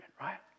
right